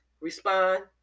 respond